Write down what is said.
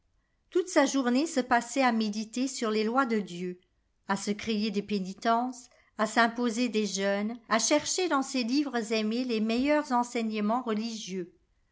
toute sa journée se passait à méditer sur les lois de dieu à se créer des pénitences à s'imposer des jeûnes à chercher dans ses livres aimés les meilleurs enseignements religieux